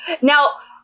Now